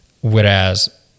Whereas